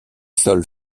sol